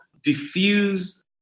diffuse